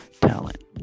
talent